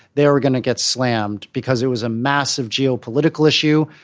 they are going to get slammed because it was a massive geopolitical issue,